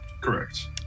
Correct